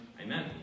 Amen